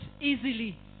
easily